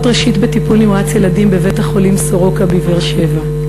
ראשית בטיפול נמרץ ילדים בבית-החולים סורוקה בבאר-שבע.